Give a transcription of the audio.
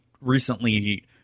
recently